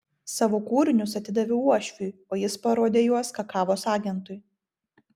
savo kūrinius atidaviau uošviui o jis parodė juos kakavos agentui